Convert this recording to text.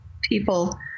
people